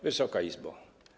Wysoka Izbo!